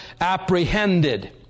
apprehended